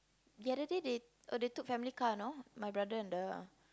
the other day they oh they took family car you know my brother and the